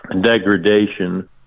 degradation